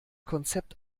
konzept